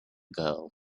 girl